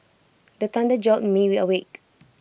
the thunder jolt me awake